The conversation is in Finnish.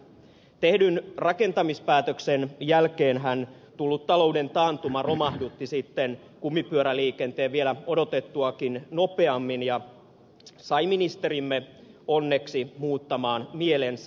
tehdyn rakentamispäätöksen jälkeen tullut talouden taantumahan romahdutti sitten kumipyöräliikenteen vielä odotettuakin nopeammin ja sai ministerimme onneksi muuttamaan mielensä